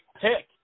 pick